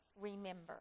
remember